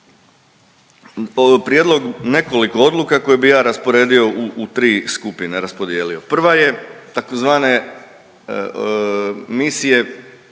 prijedlog nekoliko odluka koje bi ja rasporedio u 3 skupine, raspodijelio.